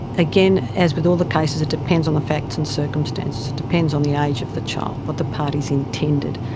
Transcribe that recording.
again, as with all the cases, it depends on the facts and circumstances, it depends on the age of the child, what the parties intended,